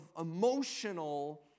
emotional